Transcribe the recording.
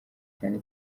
cyane